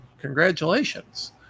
Congratulations